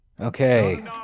Okay